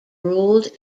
ruled